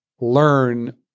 learn